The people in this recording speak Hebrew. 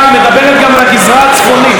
היא מדברת גם על הגזרה הצפונית.